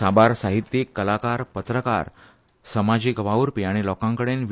साबार साहित्यीक कलाकार पत्रकार समाजीक वाव्रपी आनी लोकांकडेन श्री